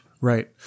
Right